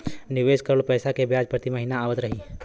निवेश करल पैसा के ब्याज प्रति महीना आवत रही?